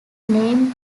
name